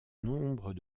nombre